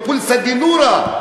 "פולסא דנורא",